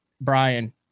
Brian